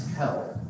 help